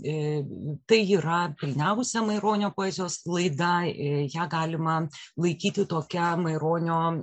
tai yra pilniausia maironio poezijos laida ją galima laikyti tokia maironio